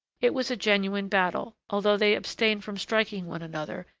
it was a genuine battle, although they abstained from striking one another,